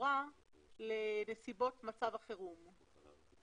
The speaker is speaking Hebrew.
הקשורה לנסיבות מצב החירום".